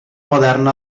moderna